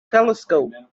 telescope